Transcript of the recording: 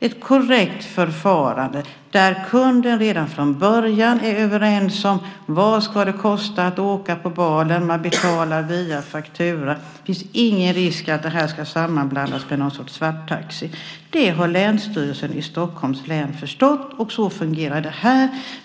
ett korrekt förfarande där kunden och företaget redan från början är överens om vad det ska kosta att åka på balen, och man betalar via faktura. Det finns ingen risk att det här ska sammanblandas med någon sorts svarttaxi. Det har Länsstyrelsen i Stockholms län förstått, och så fungerar det här.